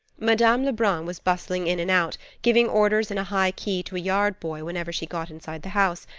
madame lebrun was bustling in and out, giving orders in a high key to a yard-boy whenever she got inside the house,